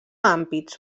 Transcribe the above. ampits